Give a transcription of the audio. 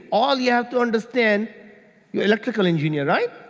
all you have to understand yeah electrical engineer, right?